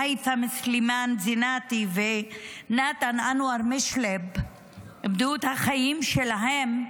הייתם סולימאן זינאתי ונתן אנואר משלב איבדו החיים שלהם.